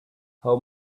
how